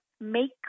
make